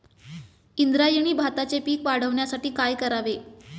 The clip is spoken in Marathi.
इंद्रायणी भाताचे पीक वाढण्यासाठी काय करावे?